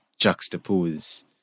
juxtapose